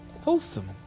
wholesome